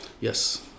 Yes